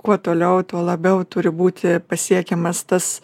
kuo toliau tuo labiau turi būti pasiekiamas tas